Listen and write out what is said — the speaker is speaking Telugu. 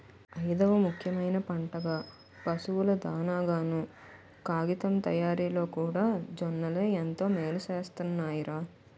ఐదవ ముఖ్యమైన పంటగా, పశువుల దానాగాను, కాగితం తయారిలోకూడా జొన్నలే ఎంతో మేలుసేస్తున్నాయ్ రా